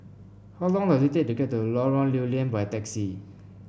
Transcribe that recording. how long does it take to get to Lorong Lew Lian by taxi